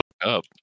up